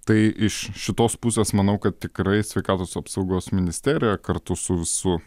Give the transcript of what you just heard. tai iš šitos pusės manau kad tikrai sveikatos apsaugos ministerija kartu su visu